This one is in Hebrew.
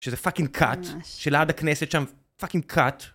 שזה פאקינג כת, שליד הכנסת שם, פאקינג כת,